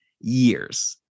years